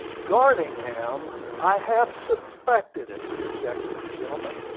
garningham! i half suspected it! ejaculated the gentleman.